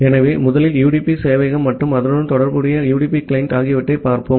ஆகவே முதலில் யுடிபி சேவையகம் மற்றும் அதனுடன் தொடர்புடைய யுடிபி கிளையண்ட் ஆகியவற்றைப் பார்ப்போம்